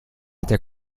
der